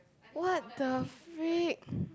what the freak